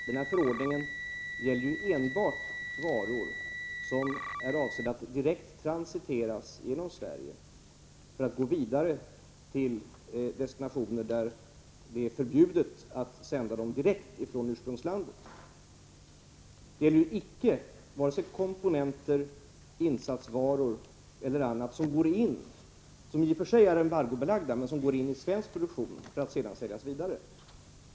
Den här förordningen gäller enbart varor som är avsedda för att direkt transiteras genom Sverige för att gå vidare till destinationer dit det är förbjudet att sända dem direkt från ursprungslandet. Det gäller icke vare sig komponenter, insatsvaror eller annat som går in — de kan i och för sig vara embargobelagda — i svensk produktion för att sedan säljas vidare.